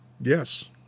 yes